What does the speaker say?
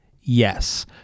Yes